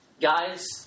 Guys